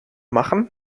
machen